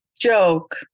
joke